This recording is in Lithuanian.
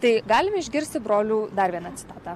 tai galim išgirsti brolių dar vieną citatą